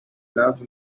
love